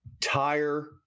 tire